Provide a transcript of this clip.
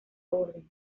orden